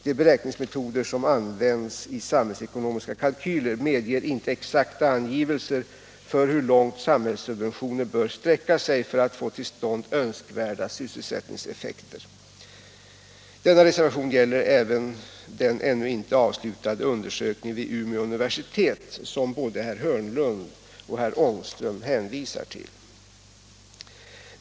De beräkningsmetoder som används i samhällsekonomiska kalkyler medger inte exakta angivelser för hur långt samhällssubventioner bör sträcka sig för att få till stånd önskvärda sysselsättningseffekter. Denna reservation gäller även den ännu inte avslutade undersökningen vid Umeå universitet som både herr Hörnlund och herr Ångström hänvisar till.